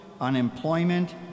unemployment